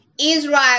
Israel